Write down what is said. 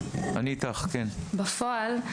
בפועל,